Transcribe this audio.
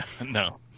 No